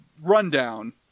rundown